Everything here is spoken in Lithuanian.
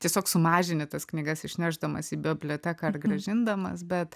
tiesiog sumažini tas knygas išnešdamas į biblioteką ar grąžindamas bet